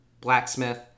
Blacksmith